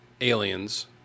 aliens